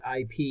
IP